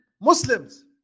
Muslims